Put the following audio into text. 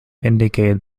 indicate